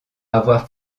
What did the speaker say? avoir